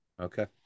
okay